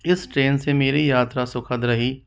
इस ट्रेन से मेरी यात्रा सुखद रही